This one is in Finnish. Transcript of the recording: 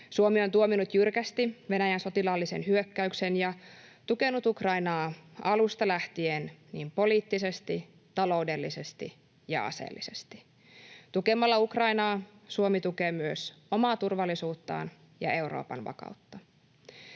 Suomi on tuominnut jyrkästi Venäjän sotilaallisen hyökkäyksen ja tukenut Ukrainaa alusta lähtien niin poliittisesti, taloudellisesti kuin aseellisesti. Tukemalla Ukrainaa, Suomi tukee myös omaa turvallisuuttaan ja Euroopan vakautta.